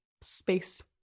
space